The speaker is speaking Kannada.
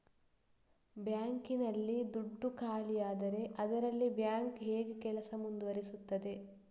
ಬ್ಯಾಂಕ್ ನಲ್ಲಿ ದುಡ್ಡು ಖಾಲಿಯಾದರೆ ಅದರಲ್ಲಿ ಬ್ಯಾಂಕ್ ಹೇಗೆ ಕೆಲಸ ಮುಂದುವರಿಸುತ್ತದೆ?